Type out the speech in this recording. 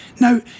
Now